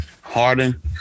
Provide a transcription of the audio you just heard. Harden